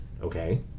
Okay